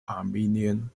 armenian